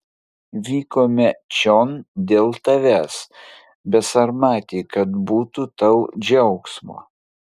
vykome čion dėl tavęs besarmati kad būtų tau džiaugsmo